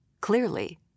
Clearly